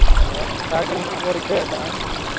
ᱦᱳᱭ ᱚᱱᱠᱟ ᱜᱮ ᱦᱟᱸᱜ ᱵᱚ ᱨᱤᱠᱟᱹ ᱠᱟᱜᱼᱟ